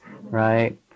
right